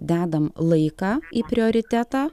dedam laiką į prioritetą